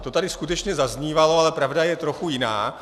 To tady skutečně zaznívalo, ale pravda je trochu jiná.